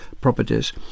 properties